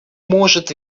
может